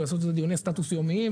לעשות על זה דיוני סטטוס יומיים,